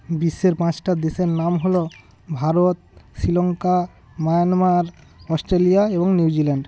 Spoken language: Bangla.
বিশ্বের পাঁচটা দেশের নাম হলো ভারত শ্রীলঙ্কা মিয়ানমার অস্ট্রেলিয়া এবং নিউজিল্যান্ড